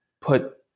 put